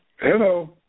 Hello